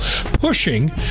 pushing